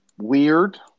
weird